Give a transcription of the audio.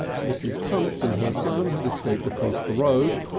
mrs. punt and her son had escaped across the road,